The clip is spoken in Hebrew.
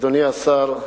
אדוני השר,